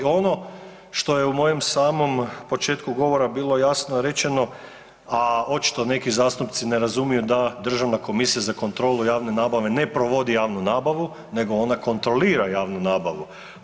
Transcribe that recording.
Ono što je u mojem samom početku govora bilo jasno rečeno, a očito neki zastupnici ne razumiju da Državna komisija za kontrolu javne nabave ne provodi javnu nabavu, nego ona kontrolira javnu nabavu.